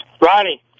Ronnie